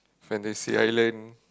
Fantasy-Island